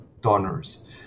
donors